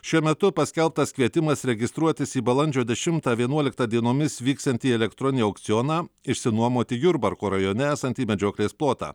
šiuo metu paskelbtas kvietimas registruotis į balandžio dešimtą vienuoliktą dienomis vyksiantį elektroninį aukcioną išsinuomoti jurbarko rajone esantį medžioklės plotą